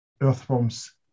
earthworms